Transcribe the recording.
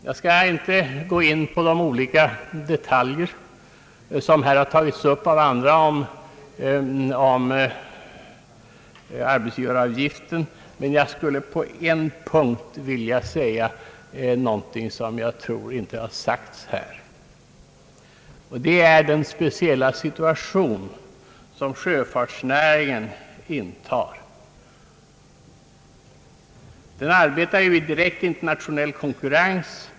Jag skall inte gå in på alla de olika detaljer som här har tagits upp av andra talare i fråga om arbetsgivaravgiften. Jag skulle dock på en punkt vilja säga någonting som jag tror inte har sagts här tidigare. Det gäller den speciella situation som sjöfartsnäringen befiner sig i. Den arbetar ju i direkt internationell konkurrens.